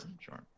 sure